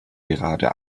gerade